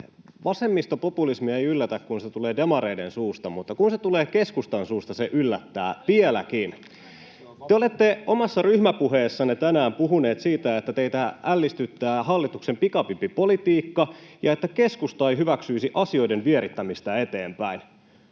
Vasemmistopopulismi ei yllätä, kun se tulee demareiden suusta, mutta kun se tulee keskustan suusta, se yllättää vieläkin. Te olette omassa ryhmäpuheessanne tänään puhuneet siitä, että teitä ällistyttää hallituksen pikavippipolitiikka ja että keskusta ei hyväksyisi asioiden vierittämistä eteenpäin.